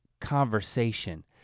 conversation